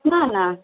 না না